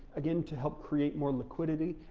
again to help create more liquidity,